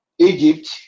Egypt